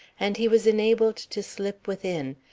and he was enabled to slip within,